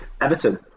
Everton